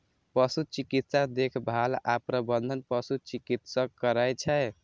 पशु चिकित्सा देखभाल आ प्रबंधन पशु चिकित्सक करै छै